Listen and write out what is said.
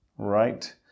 Right